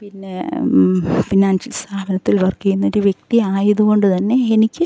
പിന്നെ ഫിനാൻഷ്യൽ സ്ഥാപനത്തിൽ വർക്ക് ചെയ്യുന്ന ഒരു വ്യക്തിയായതുകൊണ്ട് തന്നെ എനിക്ക്